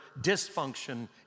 dysfunction